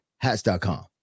Hats.com